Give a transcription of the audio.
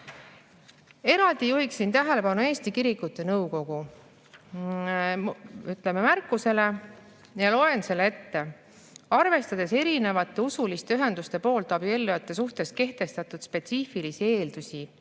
Eraldi juhin tähelepanu Eesti Kirikute Nõukogu märkusele. Loen selle ette: "Arvestades erinevate usuliste ühenduste poolt abiellujate suhtes kehtestatud spetsiifilisi eeldusi